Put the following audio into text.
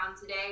today